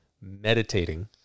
meditating